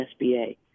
SBA